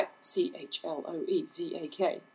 C-H-L-O-E-Z-A-K